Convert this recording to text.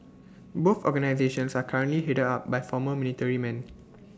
both organisations are currently headed up by former military men